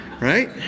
right